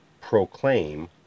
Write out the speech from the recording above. proclaim